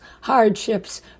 hardships